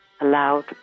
allowed